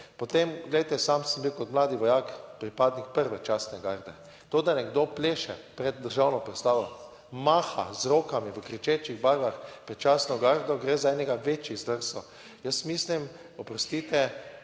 Potem, glejte, sam sem bil kot mladi vojak pripadnik prve častne garde. To, da nekdo pleše pred državno proslavo maha z rokami v kričečih barvah pred častno gardo, gre za enega večjih zdrsov. Jaz mislim, oprostite,